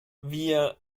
wir